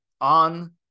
on-